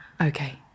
Okay